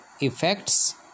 effects